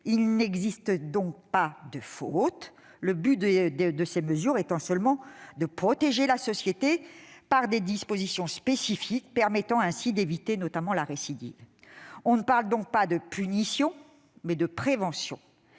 Il n'existe donc pas de faute, le but de ces mesures étant seulement de protéger la société par des dispositions spécifiques permettant ainsi d'éviter notamment la récidive. On parle donc non pas de punition, mais de prévention.